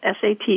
SAT